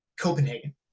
Copenhagen